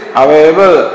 available